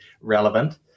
relevant